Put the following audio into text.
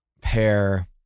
pair